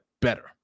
better